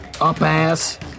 up-ass